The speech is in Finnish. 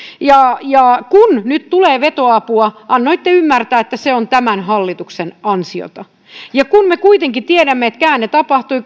ja ja kun nyt tulee vetoapua annoitte ymmärtää että se on tämän hallituksen ansiota me kuitenkin tiedämme että käänne tapahtui